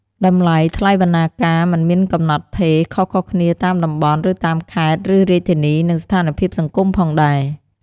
តម្លៃថ្លៃបណ្ណាការមិនមានកំណត់ថេរ ខុសៗគ្នាតាមតំបន់ ឬតាមខេត្ត ឬរាជធានី និងស្ថានភាពសង្គមផងដែរ។